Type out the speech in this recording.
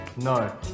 No